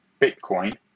Bitcoin